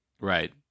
right